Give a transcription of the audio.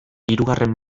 hirugarren